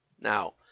Now